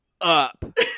up